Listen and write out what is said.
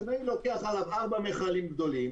הוא לוקח עליו ארבעה מכלים גדולים.